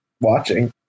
watching